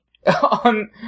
on